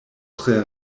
tre